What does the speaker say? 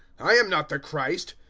i am not the christ.